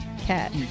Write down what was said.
cat